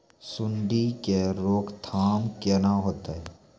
सुंडी के रोकथाम केना होतै?